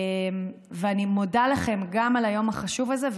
אני מודה לכם גם על היום החשוב הזה,